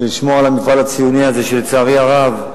ולשמור על המפעל הציוני הזה, שלצערי הרב,